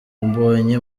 mbonye